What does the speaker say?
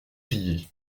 crier